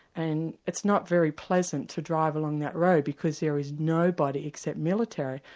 and it's not very pleasant to drive along that road because there is nobody except military,